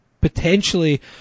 potentially